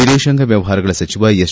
ವಿದೇಶಾಂಗ ವ್ಯವಹಾರಗಳ ಸಚಿವ ಎಸ್